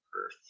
earth